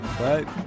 right